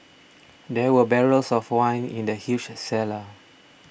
there were barrels of wine in the huge cellar